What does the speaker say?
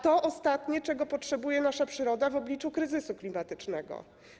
To ostatnie, czego potrzebuje nasza przyroda w obliczu kryzysu klimatycznego.